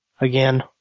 again